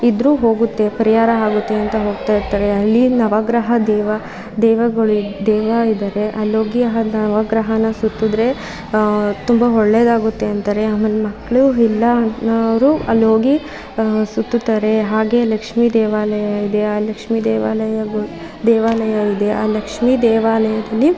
ಇದ್ದರೂ ಹೋಗುತ್ತೆ ಪರಿಹಾರ ಆಗುತ್ತೆ ಅಂತ ಹೋಗ್ತಾ ಇರ್ತಾರೆ ಅಲ್ಲಿ ನವಗ್ರಹ ದೇವ ದೇವಗಳು ದೇವಾ ಇದ್ದಾವೆ ಅಲ್ಹೋಗಿ ಆ ನವಗ್ರಹನಾ ಸುತ್ತಿದ್ರೆ ತುಂಬ ಒಳ್ಳೆಯದಾಗುತ್ತೆ ಅಂತಾರೆ ಆಮೇಲೆ ಮಕ್ಕಳು ಇಲ್ಲ ಅನ್ನೋರು ಅಲ್ಲೋಗಿ ಸುತ್ತುತ್ತಾರೆ ಹಾಗೇ ಲಕ್ಷ್ಮಿ ದೇವಾಲಯ ಇದೆ ಆ ಲಕ್ಷ್ಮಿ ದೇವಾಲಯಗಳು ದೇವಾಲಯ ಇದೆ ಆ ಲಕ್ಷ್ಮಿ ದೇವಾಲಯದಲ್ಲಿ